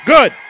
Good